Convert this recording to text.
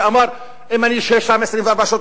שאמר: אם אני אשהה שם 24 שעות,